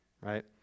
right